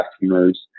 customers